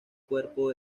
cuerpo